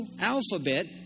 alphabet